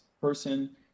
person